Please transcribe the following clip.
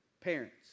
parents